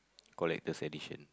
collect those edition